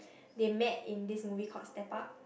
they met in this movie called step up